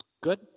Good